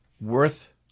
worth